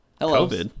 hello